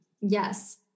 yes